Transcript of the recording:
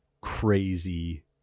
crazy